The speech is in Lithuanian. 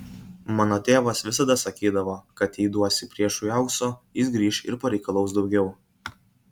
mano tėvas visada sakydavo kad jei duosi priešui aukso jis grįš ir pareikalaus daugiau